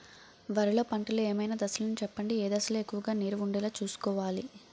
వరిలో పంటలు ఏమైన దశ లను చెప్పండి? ఏ దశ లొ ఎక్కువుగా నీరు వుండేలా చుస్కోవలి?